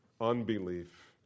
unbelief